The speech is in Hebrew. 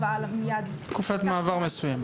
תקופת מעבר מסוימת.